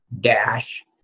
dash